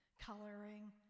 coloring